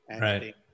Right